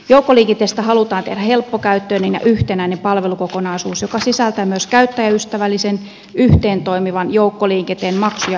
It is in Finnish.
joukkoliikenteestä halutaan tehdä helppokäyttöinen ja yhtenäinen palvelukokonaisuus joka sisältää myös käyttäjäystävällisen yhteentoimivan joukkoliikenteen maksu ja informaatiojärjestelmän